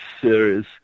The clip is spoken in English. series